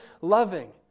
loving